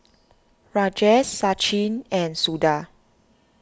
Rajesh Sachin and Suda